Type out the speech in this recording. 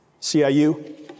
CIU